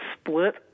split